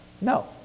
No